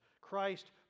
Christ